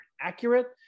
accurate